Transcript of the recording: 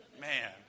Man